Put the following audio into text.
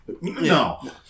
No